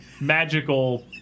magical